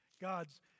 God's